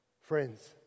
friends